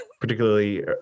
particularly